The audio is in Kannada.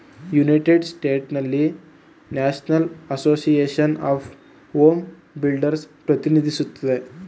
ಯುನ್ಯೆಟೆಡ್ ಸ್ಟೇಟ್ಸ್ನಲ್ಲಿ National Association of Home Builders ಪ್ರತಿನಿಧಿಸುತ್ತದೆ